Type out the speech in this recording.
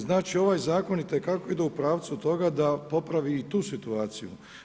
Znači ovaj zakon itekako ide u pravcu toga da popravi i tu situaciju.